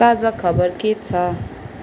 ताजा खबर के छ